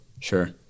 Sure